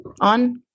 on